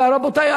ורבותי,